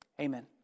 Amen